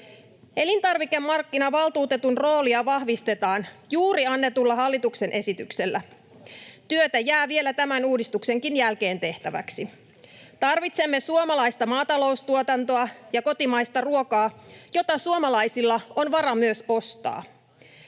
Elintarvikemarkkinavaltuutetun roolia vahvistetaan juuri annetulla hallituksen esityksellä. Työtä jää vielä tämän uudistuksen jälkeenkin tehtäväksi. Tarvitsemme suomalaista maataloustuotantoa ja kotimaista ruokaa, jota suomalaisilla on varaa myös ostaa.